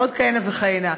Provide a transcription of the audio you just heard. ועוד כהנה וכהנה.